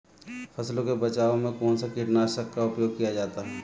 फसलों के बचाव में कौनसा कीटनाशक का उपयोग किया जाता है?